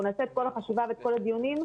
אנחנו נעשה את כל החשיבה ואת כל הדיוניים.